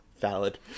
Valid